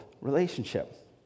relationship